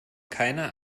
keiner